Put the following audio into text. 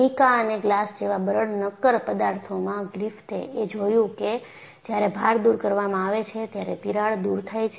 mica અને glass જેવા બરડ નક્કર પદાર્થોમાં ગ્રિફિથે એ જોયું કે જ્યારે ભાર દૂર કરવામાં આવે છે ત્યારે તિરાડ દુર થાય છે